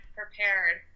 prepared